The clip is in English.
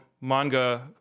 manga